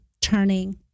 turning